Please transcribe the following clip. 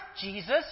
Jesus